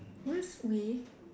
worst way